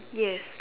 yes